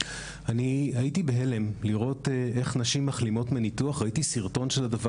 הייתי בהלם לראות איך נשים מחלימות מניתוח בסרטון,